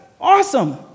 awesome